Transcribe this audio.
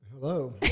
Hello